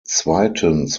zweitens